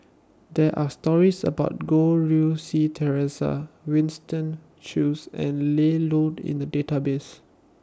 There Are stories about Goh Rui Si Theresa Winston Choos and Ian Loy in The Database